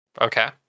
Okay